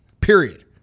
period